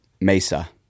mesa